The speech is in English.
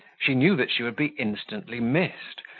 she knew that she would be instantly missed,